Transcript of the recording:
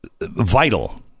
vital